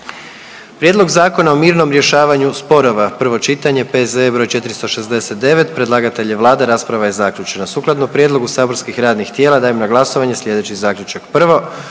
Prijedlog zakona o zabrani glifosata, prvo čitanje, P.Z. br. 20, predlagatelj je zastupnik Miro Bulj, a rasprava je zaključena. Sukladno prijedlogu saborskih radnih tijela dajem na glasovanje sljedeći zaključak: